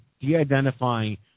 de-identifying